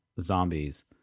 zombies